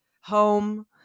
home